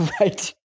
right